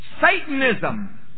Satanism